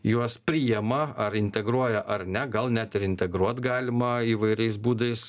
juos priima ar integruoja ar ne gal net ir integruot galima įvairiais būdais